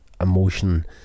emotion